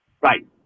Right